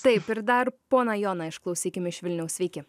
taip ir dar poną joną išklausykim iš vilniaus sveiki